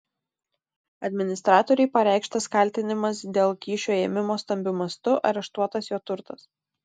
administratoriui pareikštas kaltinimas dėl kyšio ėmimo stambiu mastu areštuotas jo turtas